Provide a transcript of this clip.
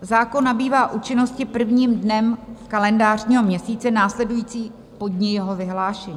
Zákon nabývá účinnosti prvním dnem kalendářního měsíce následujícího po dni jeho vyhlášení.